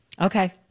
Okay